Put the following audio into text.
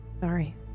Sorry